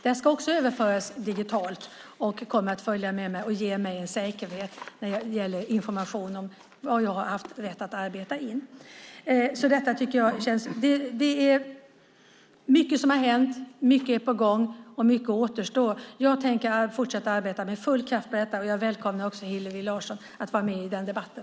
Detta ska också överföras digitalt och kommer att följa med mig och ge mig en säkerhet när det gäller information om vad jag har haft rätt att arbeta in. Det är mycket som har hänt, mycket är på gång och mycket återstår. Jag tänker fortsätta att arbeta med full kraft på detta, och jag välkomnar Hillevi Larsson att vara med i den debatten.